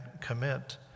commit